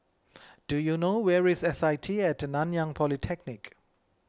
do you know where is S I T at Nanyang Polytechnic